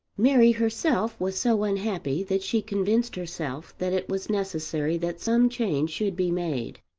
mary herself was so unhappy that she convinced herself that it was necessary that some change should be made.